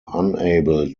unable